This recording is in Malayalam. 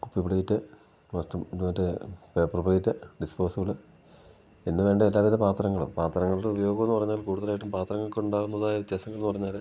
കുപ്പി പ്ലേറ്റ് വസ്തു മറ്റേ പേപ്പർ പ്ലേറ്റ് ഡിസ്പോസിബ്ള് എന്നു വേണ്ട എല്ലാവിധ പാത്രങ്ങൾ പാത്രങ്ങളുടെ ഉപയോഗമെന്ന് പറഞ്ഞാൽ കൂടുതലായിട്ടും പാത്രങ്ങൾക്ക് ഉണ്ടാവുന്നതായ വ്യത്യാസങ്ങളെന്ന് പറഞ്ഞാൽ